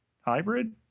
hybrid